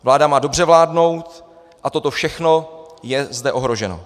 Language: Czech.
Vláda má dobře vládnout a toto všechno je zde ohroženo.